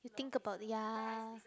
think about ya